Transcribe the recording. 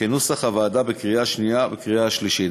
כנוסח הוועדה, בקריאה שנייה ובקריאה שלישית.